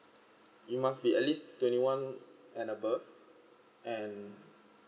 you must be at least twenty one and above and